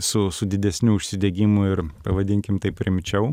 su su didesniu užsidegimu ir pavadinkim taip rimčiau